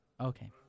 Okay